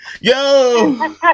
Yo